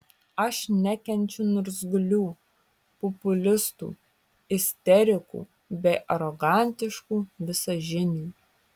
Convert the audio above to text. aš nekenčiu niurzglių populistų isterikų bei arogantiškų visažinių